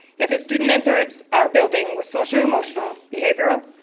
if a student enters our buildings social emotional, behavioral,